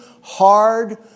hard